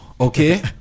okay